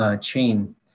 chain